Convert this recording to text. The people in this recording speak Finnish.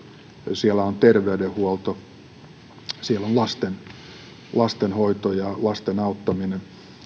siellä on terveydenhuolto siellä on lastenhoito ja lasten auttaminen